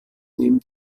dem